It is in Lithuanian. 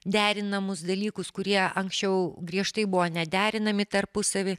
derinamus dalykus kurie anksčiau griežtai buvo nederinami tarpusavy